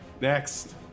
Next